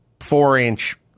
four-inch